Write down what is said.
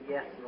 Yes